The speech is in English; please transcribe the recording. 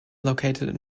located